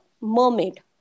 mermaid